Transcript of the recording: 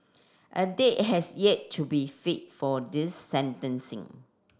a date has yet to be fit for this sentencing